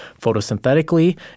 photosynthetically